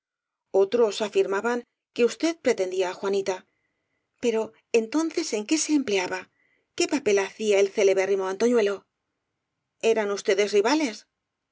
otros afirmaban que usted pretendía á juanita pero en tonces en qué se empleaba qué papel hacía el celebérrimo antoñuelo eran ustedes rivales